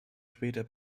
später